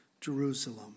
Jerusalem